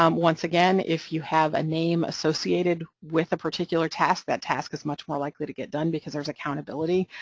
um once again, if you have a name associated with a particular task, that task is much more likely to get done because there's accountability,